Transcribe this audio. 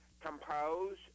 Compose